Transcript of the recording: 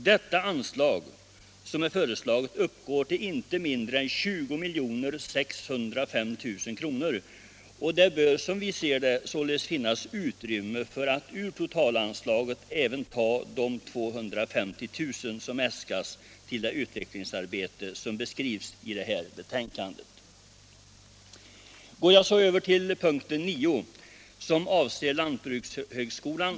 Detta anslag föreslås uppgå till inte mindre än 20 605 000 kr., och det bör — som vi ser det — således finnas utrymme för att ur totalanslaget även ta de 250 000 som äskas till det utvecklingsarbete som beskrivs i betänkandet. Får jag sedan gå över till reservationen 9 vid punkten Lantbrukshögskolan.